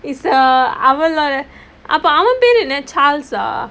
is a அவளோட அப்பே அவன் பேரு என்ன:avaloda appae avan peru enna charles ah